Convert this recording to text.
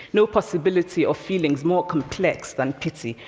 no possibility of feelings more complex than pity,